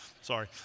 Sorry